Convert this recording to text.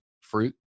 fruit